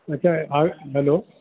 अच्छा हा हलो